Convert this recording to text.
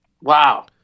Wow